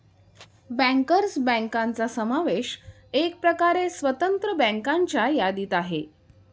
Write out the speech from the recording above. bankers बँकांचा समावेश एकप्रकारे स्वतंत्र बँकांच्या यादीत आहे